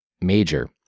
major